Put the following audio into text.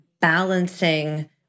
balancing